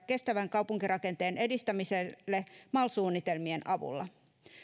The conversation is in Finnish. kestävän kaupunkirakenteen edistämiselle mal suunnitelmien avulla